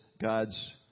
God's